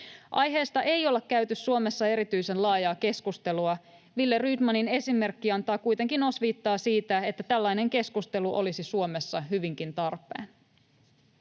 Aiheesta ei olla käyty Suomessa erityisen laajaa keskustelua. Wille Rydmanin esimerkki antaa kuitenkin osviittaa siitä, että tällainen keskustelu olisi Suomessa hyvinkin tarpeen.